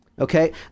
Okay